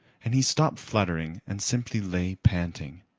and he stopped fluttering and simply lay panting.